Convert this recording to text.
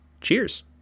Cheers